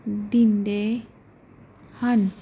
ਦਿੰਦੇ ਹਨ